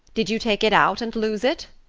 did you take it out and lose it?